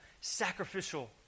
sacrificial